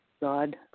God